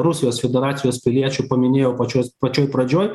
rusijos federacijos piliečių paminėjau pačios pačioj pradžioj